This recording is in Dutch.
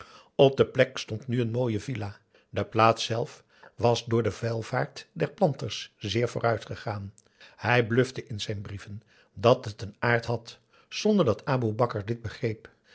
op de plek stond nu een mooie villa de plaats zelf was door de welvaart der planters zeer vooruitgegaan hij blufte in zijn brieven dat het een aard had zonder dat aboe bakar dit begreep